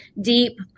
deep